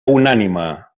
unànime